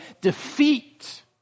defeat